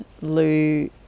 Lou